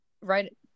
right